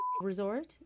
Resort